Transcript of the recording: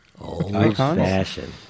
Old-fashioned